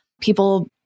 people